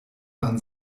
man